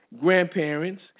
grandparents